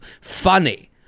funny